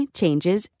changes